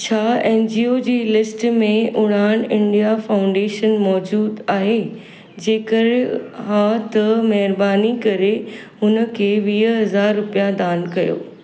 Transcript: छा N G O जी लिस्ट में उड़ान इंडिया फाउंडेशन मौजूदु आहे जेकॾहिं हा त महिरबानी करे उन खे वीह हज़ार रुपिया दान कयो